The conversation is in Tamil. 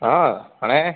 ஆ அண்ணே